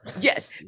yes